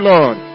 Lord